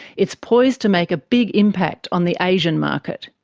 it's poised to make a big impact on the asian market.